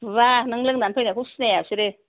बुवा नों लोंनानै फैनायखौ सिनाया बिसोरो